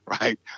right